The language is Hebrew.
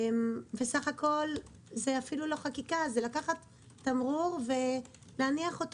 בסך הכול זה אפילו לא דורש חקיקה אלא לקחת תמרור ולהניח אותו